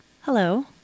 Hello